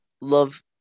love